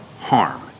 harm